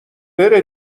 بره